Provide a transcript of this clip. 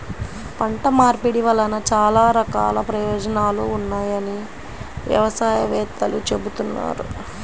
పంట మార్పిడి వలన చాలా రకాల ప్రయోజనాలు ఉన్నాయని వ్యవసాయ వేత్తలు చెబుతున్నారు